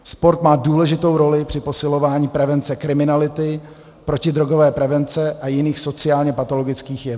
Sport má důležitou roli při posilování prevence kriminality, protidrogové prevence a jiných sociálněpatologických jevů.